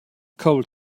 cold